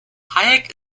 hayek